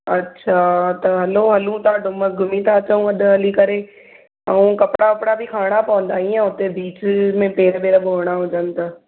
अच्छा त हलो हलूं था डुमस घुमी था अचूं अॼु हली करे ऐं कपिड़ा बपड़ा बि खणणा पवंदा हीअं हुते बीच में पेर बेर धोइणा हुजनि त